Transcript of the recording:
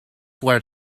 where